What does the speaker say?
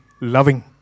loving